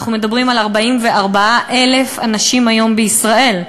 אנחנו מדברים על 44,000 אנשים היום בישראל,